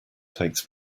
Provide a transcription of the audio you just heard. takes